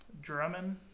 Drummond